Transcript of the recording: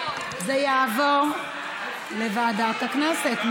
זה יעבור לוועדת הכנסת.